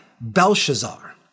Belshazzar